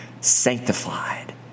sanctified